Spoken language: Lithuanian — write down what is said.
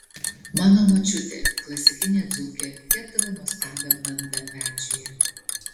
mano močiutė klasikinė dzūkė kepdavo nuostabią bandą pečiuje